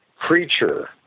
creature